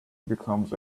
becomes